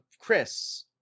Chris